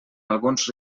alguns